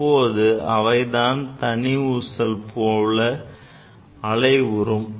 இப்போது அவை தனி ஊசல் போல் அலைவுறும்